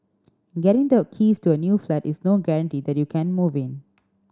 getting the keys to a new flat is no guarantee that you can move in